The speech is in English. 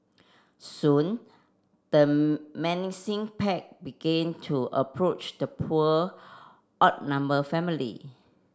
soon the menacing pack begin to approach the poor outnumber family